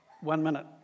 one-minute